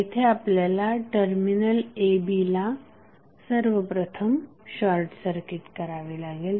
येथे आपल्याला terminal a b ला सर्वप्रथम शॉर्टसर्किट करावे लागेल